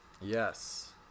Yes